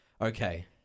Okay